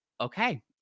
Okay